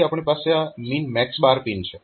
પછી આપણી પાસે આ MNMX પિન છે